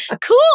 Cool